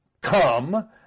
come